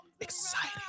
exciting